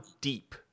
deep